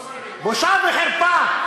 בושה וחרפה.